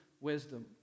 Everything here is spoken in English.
wisdom